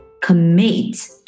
Commit